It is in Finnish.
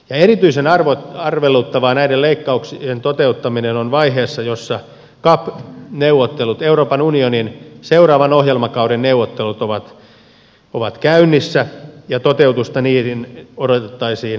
erityisen arveluttavaa näiden leikkauksien toteuttaminen on vaiheessa jossa euroopan unionin seuraavan ohjelmakauden gatt neuvottelut ovat käynnissä ja toteutusta niihin odotettaisiin seuraavana vuonna